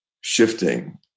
shifting